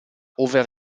over